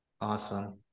awesome